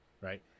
Right